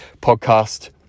podcast